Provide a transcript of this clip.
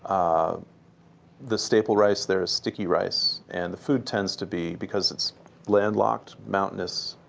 ah the staple rice there is sticky rice, and the food tends to be because it's landlocked, mountainous,